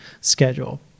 schedule